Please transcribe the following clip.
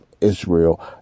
Israel